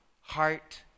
heart